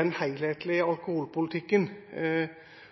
den helhetlige alkoholpolitikken